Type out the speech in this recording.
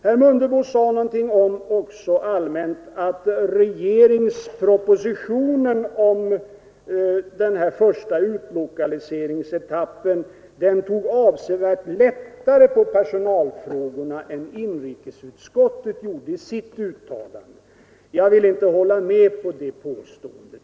Herr Mundebo sade också något allmänt om att regeringspropositionen om den första utlokaliseringsetappen tog avsevärt lättare på personalfrågorna än inrikesutskottet gjorde i sitt uttalande. Jag vill inte hålla med om det påståendet.